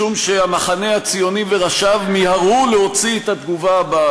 משום שהמחנה הציוני וראשיו מיהרו להוציא את התגובה הזאת,